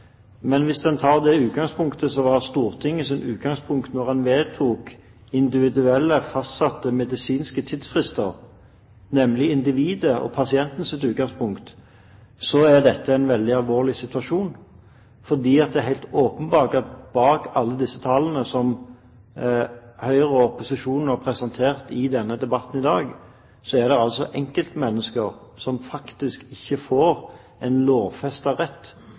men hvis en tar utgangspunkt i det som var Stortingets utgangspunkt da en vedtok individuelt fastsatte medisinske tidsfrister, nemlig individets og pasientens rettigheter, er dette en veldig alvorlig situasjon. For det er helt åpenbart at bak alle disse tallene som Høyre og opposisjonen har presentert i denne debatten i dag, er det enkeltmennesker som faktisk ikke får en lovfestet rett